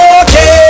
okay